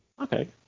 Okay